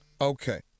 Okay